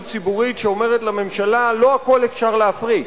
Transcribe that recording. ציבורית שאומרת לממשלה: לא הכול אפשר להפריט.